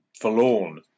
forlorn